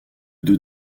deux